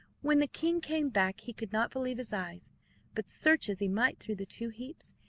when the king came back he could not believe his eyes but search as he might through the two heaps,